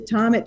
TOM